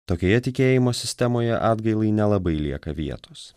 tokioje tikėjimo sistemoje atgailai nelabai lieka vietos